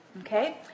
Okay